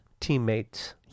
teammates